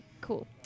cool